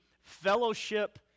fellowship